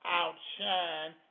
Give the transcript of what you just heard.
outshine